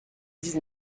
dix